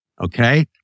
Okay